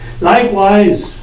Likewise